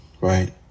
Right